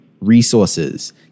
resources